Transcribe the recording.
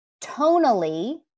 tonally